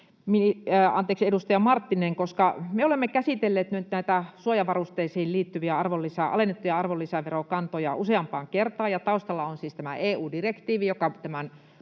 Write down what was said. tuossa edustaja Marttinen. Me olemme käsitelleet nyt näitä suojavarusteisiin liittyviä alennettuja arvonlisäverokantoja useampaan kertaan. Taustalla on siis tämä EU-direktiivi, joka tämän